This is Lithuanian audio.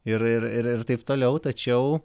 ir ir taip toliau tačiau